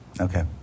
Okay